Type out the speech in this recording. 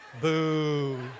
Boo